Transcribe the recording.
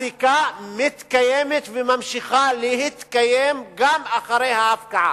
הזיקה מתקיימת וממשיכה להתקיים גם אחרי ההפקעה.